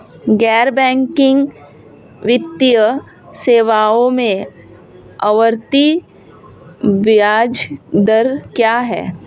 गैर बैंकिंग वित्तीय सेवाओं में आवर्ती ब्याज दर क्या है?